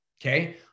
Okay